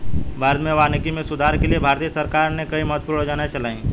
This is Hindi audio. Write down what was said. भारत में वानिकी में सुधार के लिए भारतीय सरकार ने कई महत्वपूर्ण योजनाएं चलाई